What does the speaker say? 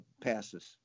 passes